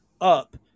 up